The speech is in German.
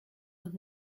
und